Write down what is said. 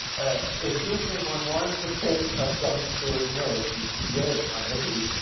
it seems to me one wants to think of john stuart mill, if you've read on liberty,